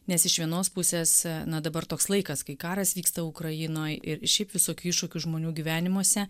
nes iš vienos pusės na dabar toks laikas kai karas vyksta ukrainoj ir šiaip visokių iššūkių žmonių gyvenimuose